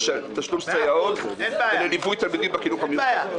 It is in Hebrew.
תשלום לסייעות ולליווי תלמידים בחינוך המיוחד.